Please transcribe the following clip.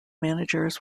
managers